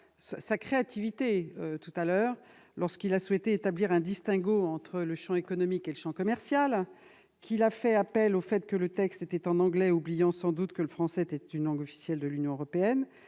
sa créativité lorsqu'il a précédemment souhaité établir un distinguo entre le champ économique et le champ commercial et qu'il a fait appel au fait que le texte était en anglais. Il a sans doute oublié que le français était l'une des langues officielles de l'Union européenne